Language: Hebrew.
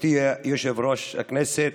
גברתי יושבת-ראש הישיבה,